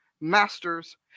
masters